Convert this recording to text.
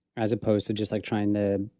as opposed to just like trying to,